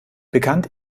bekannt